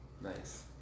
Nice